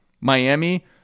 Miami